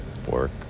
Work